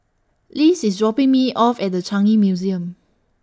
Lise IS dropping Me off At The Changi Museum